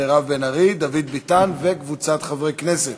מירב בן ארי ודוד ביטן וקבוצת חברי הכנסת,